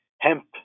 hemp